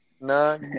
No